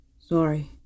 Sorry